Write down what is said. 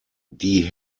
die